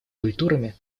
культурами